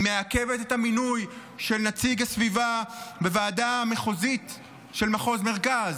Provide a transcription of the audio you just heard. היא מעכבת את המינוי של נציג הסביבה בוועדה המחוזית של מחוז מרכז,